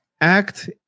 act